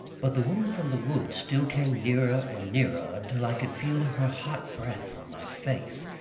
but the woman from the woods still came nearer and nearer, until i could feel her hot breath on my face.